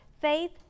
faith